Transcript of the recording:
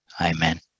Amen